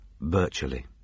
Virtually